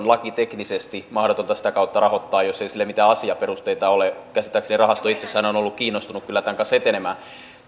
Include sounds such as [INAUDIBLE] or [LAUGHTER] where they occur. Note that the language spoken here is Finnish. [UNINTELLIGIBLE] lakiteknisesti mahdotonta sitä kautta rahoittaa jos ei sille mitään asiaperusteita ole käsittääkseni rahasto itsessään on ollut kiinnostunut kyllä tämän kanssa etenemään